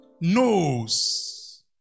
knows